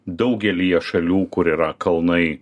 daugelyje šalių kur yra kalnai